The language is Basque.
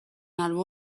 albo